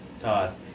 Todd